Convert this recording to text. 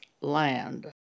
land